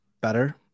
better